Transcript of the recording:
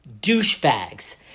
douchebags